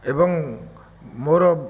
ଏବଂ ମୋର